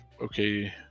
okay